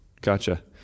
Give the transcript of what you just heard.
gotcha